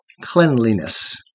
cleanliness